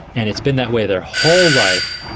and it's been that way their whole life,